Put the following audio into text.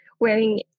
wearing